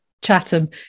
Chatham